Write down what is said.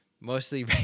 mostly